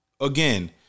again